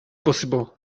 possible